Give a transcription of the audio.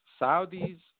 Saudis